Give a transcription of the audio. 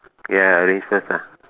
ya arrange first ah